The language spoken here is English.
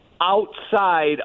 outside